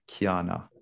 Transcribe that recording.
Kiana